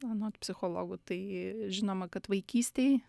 anot psichologų tai žinoma kad vaikystėj